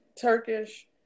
Turkish